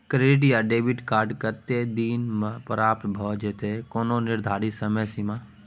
Credit या debit card कत्ते दिन म प्राप्त भ जेतै, कोनो निर्धारित समय सीमा?